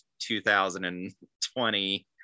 2020